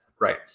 right